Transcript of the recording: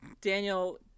Daniel